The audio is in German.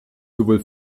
sowohl